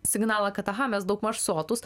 signalą kad aha mes daugmaž sotūs